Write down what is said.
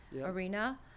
arena